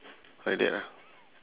like that ah